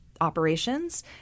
operations